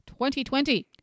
2020